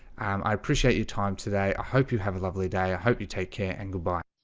i appreciate your time today. i hope you have a lovely day i hope you take care and good. bye